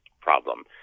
problem